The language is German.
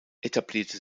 etablierte